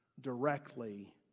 directly